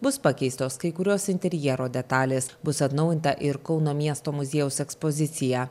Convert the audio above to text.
bus pakeistos kai kurios interjero detalės bus atnaujinta ir kauno miesto muziejaus ekspozicija